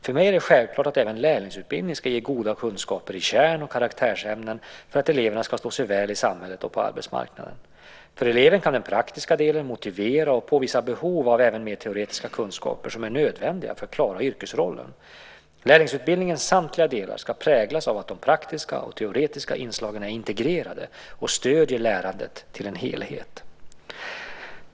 För mig är det självklart att även lärlingsutbildningen ska ge goda kunskaper i kärn och karaktärsämnena för att eleverna ska stå sig väl i samhället och på arbetsmarknaden. För eleven kan den praktiska delen motivera och påvisa behov av även mer teoretiska kunskaper som är nödvändiga för att klara yrkesrollen. Lärlingsutbildningens samtliga delar ska präglas av att de praktiska och teoretiska inslagen är integrerade och stöder lärandet till en helhet.